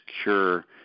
secure